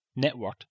networked